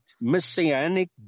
Messianic